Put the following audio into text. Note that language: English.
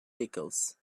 pickles